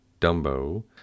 Dumbo